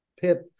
pip